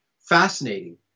fascinating